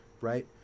right